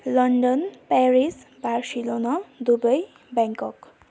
London Paris Barcelona Dubai Bangkok